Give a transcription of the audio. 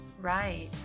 Right